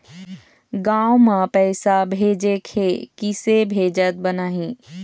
गांव म पैसे भेजेके हे, किसे भेजत बनाहि?